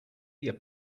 your